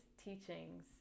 Teachings